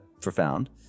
profound